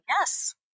yes